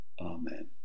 Amen